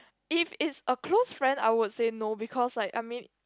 if it's a close friend I would say no because like I mean